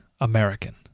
American